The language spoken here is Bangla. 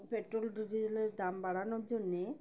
পেট্রোল ডিজেলের দাম বাড়ানোর জন্যে